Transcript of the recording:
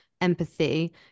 empathy